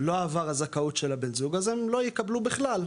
לא עבר הזכאות של הבן זוג אז הם לא יקבלו בכלל,